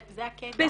זה הקטע.